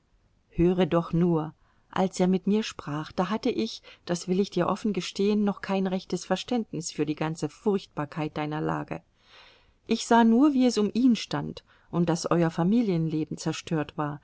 höre doch nur als er mit mir sprach da hatte ich das will ich dir offen gestehen noch kein rechtes verständnis für die ganze furchtbarkeit deiner lage ich sah nur wie es um ihn stand und daß euer familienleben zerstört war